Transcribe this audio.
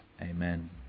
Amen